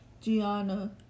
gianna